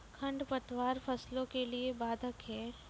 खडपतवार फसलों के लिए बाधक हैं?